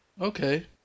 Okay